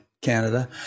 Canada